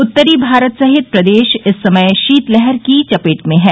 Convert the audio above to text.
उत्तरी भारत सहित प्रदेश इस समय शीतलहर की चपेट में हैं